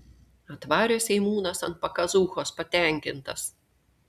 atvarė seimūnas ant pakazūchos patenkintas